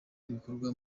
ibikorwa